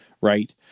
right